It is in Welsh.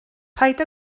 paid